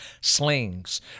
slings